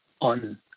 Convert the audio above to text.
on